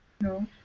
No